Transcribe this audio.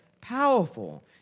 powerful